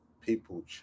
people